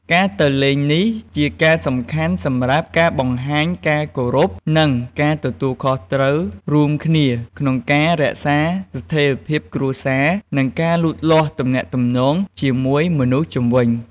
ការទៅលេងនេះជាការសំខាន់សម្រាប់ការបង្ហាញការគោរព និងការទទួលខុសត្រូវរួមគ្នា ក្នុងការរក្សាស្ថេរភាពគ្រួសារ និងការលូតលាស់ទំនាក់ ទំនងជាមួយមនុស្សជុំវិញ។